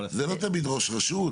זה לא תמיד ראש רשות.